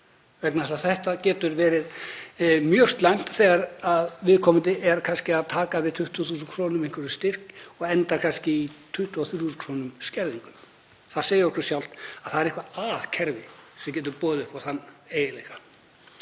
tekjur. Það getur verið mjög slæmt þegar viðkomandi er kannski að taka við 20.000 kr. í einhverjum styrk og endar kannski í 23.000 kr. skerðingu. Það segir sig sjálft að það er eitthvað að kerfi sem getur boðið upp á þann veruleika.